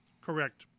Correct